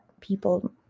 people